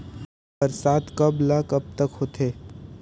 बरसात कब ल कब तक होथे?